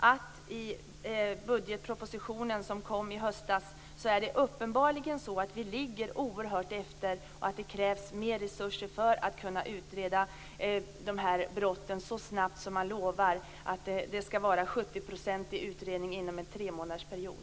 Men i det avseendet kan jag ändå konstatera att det uppenbarligen är så att vi ligger oerhört mycket efter enligt budgetpropositionen som kom i höstas. Det krävs mer resurser för att kunna utreda de här brotten så snabbt som man lovar, nämligen att 70 % av utredningarna skall ske inom en tremånadersperiod.